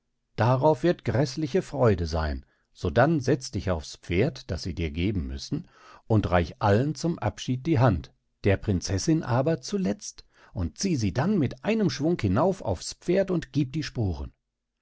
darauf wird gräßliche freude seyn sodann setz dich aufs pferd das sie dir geben müssen und reich allen zum abschied die hand der prinzessin aber zuletzt und zieh sie dann mit einem schwung hinauf aufs pferd und gieb die sporen